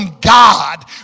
God